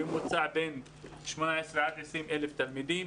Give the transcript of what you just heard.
בממוצע בין 18,000 עד 20,000 תלמידים,